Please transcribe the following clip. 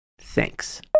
Thanks